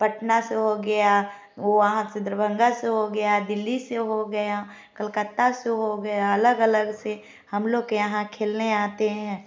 पटना से हो गया वो वहाँ से दरभंगा से हो गया दिल्ली से हो गया कलकत्ता से हो गया अलग अलग से हम लोग के यहाँ खेलने आते है